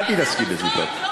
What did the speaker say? אל תתעסקי בזוטות.